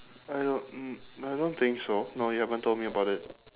I don't mm no I don't think so no you haven't told me about it